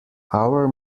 our